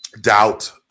doubt